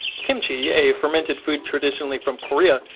kimuchi, a fermented food traditionally from korea,